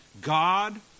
God